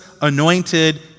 anointed